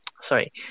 sorry